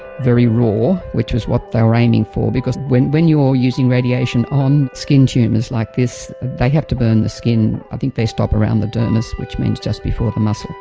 very raw, which is what they were aiming for, because when when you are using radiation on skin tumours like this, they have to burn the skin. i think they stop around the dermis, which means just before the muscle.